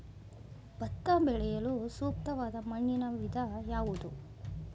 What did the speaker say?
ಭತ್ತ ಬೆಳೆಯಲು ಸೂಕ್ತವಾದ ಮಣ್ಣಿನ ವಿಧ ಯಾವುದು?